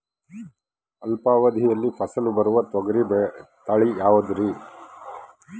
ಅಲ್ಪಾವಧಿಯಲ್ಲಿ ಫಸಲು ಬರುವ ತೊಗರಿ ತಳಿ ಯಾವುದುರಿ?